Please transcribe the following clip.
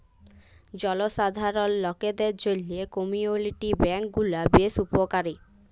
জলসাধারল লকদের জ্যনহে কমিউলিটি ব্যাংক গুলা বেশ উপকারী